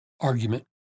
argument